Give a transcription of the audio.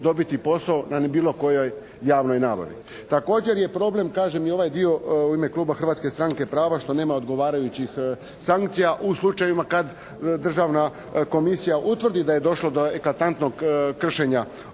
dobiti posao na ni bilo kojoj javnoj nabavi. Također je problem kažem i ovaj dio u ime kluba Hrvatske stranke prava što nema odgovarajućih sankcija u slučajevima kad Državna komisija utvrdi da je došlo do eklatantnog kršenja